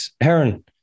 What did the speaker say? Heron